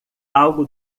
algo